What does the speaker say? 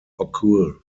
occur